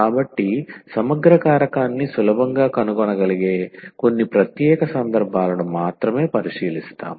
కాబట్టి సమగ్ర కారకాన్ని సులభంగా కనుగొనగలిగే కొన్ని ప్రత్యేక సందర్భాలను మాత్రమే పరిశీలిస్తాము